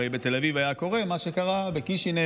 הרי בתל אביב היה קורה מה שקרה בקישינב,